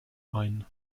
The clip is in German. ein